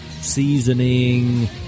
seasoning